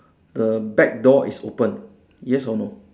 the back door is open yes or no